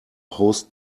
host